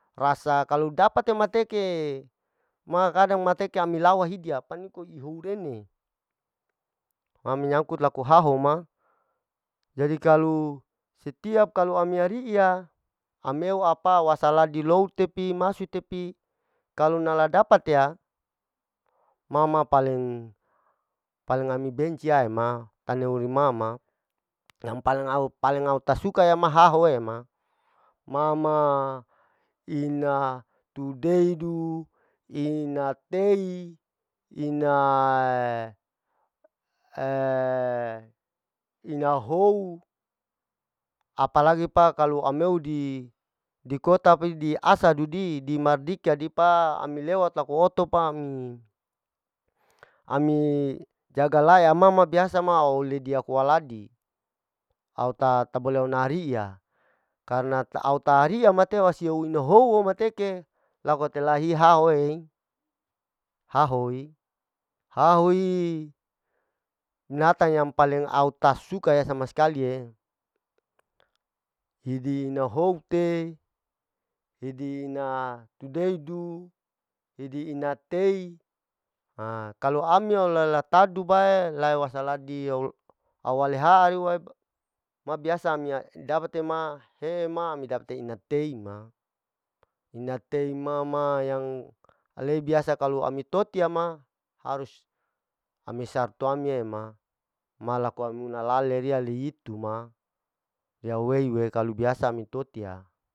Rasa kalu dapate mateke ma kadang mateke amilawahidi ma pakehina hou irene, ma menyangkut laku haho ma, jadi kalu setiap kalu ami iri'iya ameo apa wasaladi lou tepi maso tepi, kalu nala dapat ya, ma ma paling paling ami benci aema, taneo rima ma, yang paling au paling au tak suka ya ma haho ema ma ma ina tudeidu, ina tei, ina ina hou, apa lagi pa kalu ameo di di kota pi diasadu di, di mardika di pa, ami lewat laku oto pa ami, ami jaga laya ma ma biasa ma au ledi laku auladi, au tak bole au nakri'ya, karna au tak nakri'ya ma te waseu ina howo mateke, laku teli haho'i, haho'i haho'i binatang yang paling au ta suka ya sama skalie, hidi ina hou te, hidi ina tudei du, hidi ina tei, ha kalau ami awla latadu bae lae wasaladi au-au waleha ri'u, ma biasa ami dapate ma he'e ma ami dapat'e ina tei ma, ina tei ma ma yang alei biasa kalu ami totia ama, harus ami sarto ami ye ma, ma laku amuna lale ria leihitu ma yawei-wei kalu biasa ami toti ya.